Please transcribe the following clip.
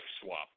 swap